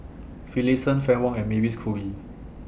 Finlayson Fann Wong and Mavis Khoo Oei